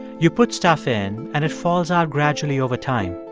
you put stuff in and it falls out gradually over time.